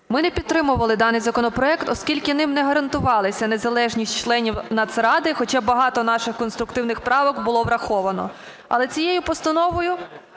Ми не підтримували даний законопроект, оскільки ним не гарантувалася незалежність членів Нацради, хоча багато наших конструктивних правок було враховано. Але цією постановою